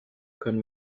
können